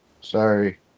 Sorry